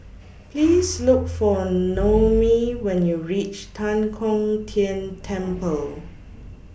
Please Look For Noemi when YOU REACH Tan Kong Tian Temple